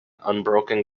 unbroken